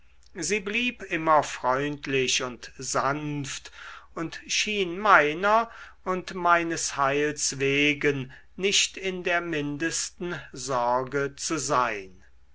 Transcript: sie blieb immer freundlich und sanft und schien meiner und meines heils wegen nicht in der mindesten sorge zu sein